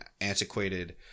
antiquated